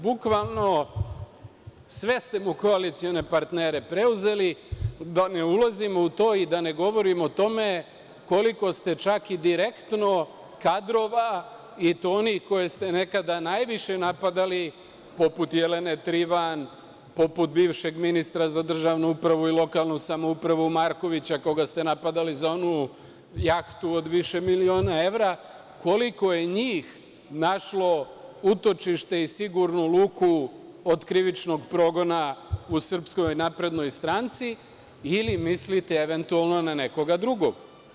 Bukvalno sve ste mu koalicione partnere preuzeli, da ne ulazimo u to i da ne govorimo o tome koliko ste čak i direktno kadrova, i to onih koje ste nekada najviše napadali, poput Jelene Trivan, poput bivšeg ministra za državnu upravu i lokalnu samoupravu Markovića, koga ste napadali za onu jahtu od više miliona evra, koliko je njih našlo utočište i sigurnu luku od krivičnog progona u Srpskoj naprednoj stranci ili mislite eventualno na nekoga drugog.